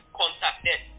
contacted